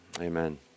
Amen